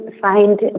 find